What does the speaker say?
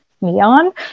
neon